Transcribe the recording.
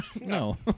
No